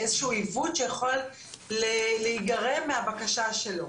איזה שהוא עיוות שיכול להיגרם מהבקשה שלו.